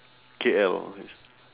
K_L